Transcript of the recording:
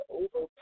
over